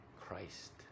Christ